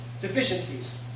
deficiencies